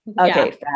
Okay